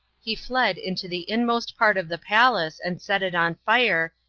he fled into the inmost part of the palace and set it on fire,